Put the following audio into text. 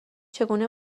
چگونه